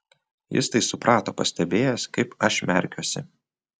jis tai suprato pastebėjęs kaip aš merkiuosi